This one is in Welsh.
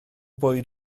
bwyd